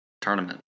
tournament